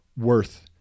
worth